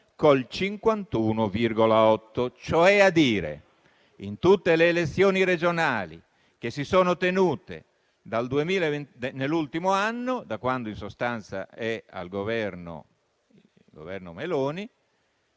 il 51,8. In tutte le elezioni regionali che si sono tenute nell'ultimo anno, da quando in sostanza c'è il Governo Meloni,